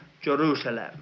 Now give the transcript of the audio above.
Jerusalem